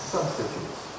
Substitutes